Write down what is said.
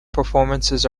performances